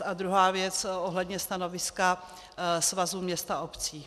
A druhá věc ohledně stanoviska Svazu měst a obcí.